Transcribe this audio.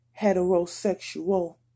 Heterosexual